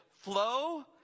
flow